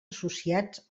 associats